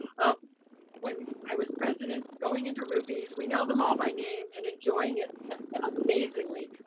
of when i was president going into ruby's. we know them all by name and enjoying it amazingly.